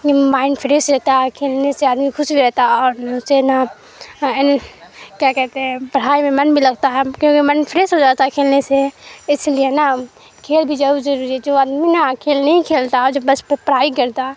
mind fresh رہتا ہے کھیلنے سے آدمی خوش بھی رہتا اور اس سے نا کیا کہتے ہیں پڑھائی میں من بھی لگتا ہے کیونکہ مائنڈ فریش ہو جاتا ہے کھیلنے سے اس لیے نا کھیل بھی زیادہ ضروری ہے جو آدمی نا کھیل نہیں کھیلتا اور جو بس پہ پڑھائی کرتا